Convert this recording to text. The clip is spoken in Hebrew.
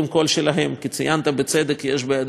כי ציינת בצדק: יש בידינו כלי של היתר